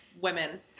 women